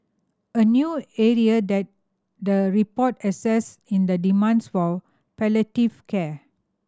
a new area that the report assesses in the demands for palliative care